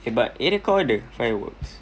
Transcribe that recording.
eh but area kau ada fireworks